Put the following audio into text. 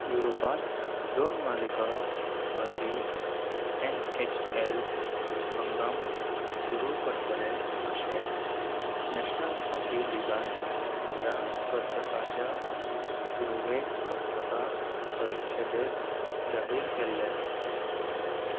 युरोपांत दोन मालिका वरवीं एन एच एल हंगाम सुरू करतले अशें नॅशनल हॉकी लिगान ह्या सप्तकाच्या सुरवेक पत्रकार परिशदेंत जाहीर केल्लें